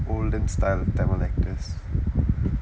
olden style tamil actors